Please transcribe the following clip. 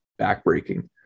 backbreaking